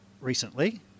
recently